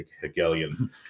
Hegelian